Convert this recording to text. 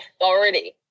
authority